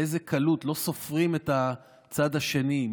באיזו קלות לא סופרים את הצד השני,